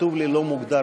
חברי הכנסת יצחק הרצוג,